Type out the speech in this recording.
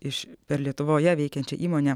iš per lietuvoje veikiančią įmonę